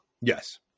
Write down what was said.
Yes